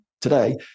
today